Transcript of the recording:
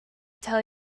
tell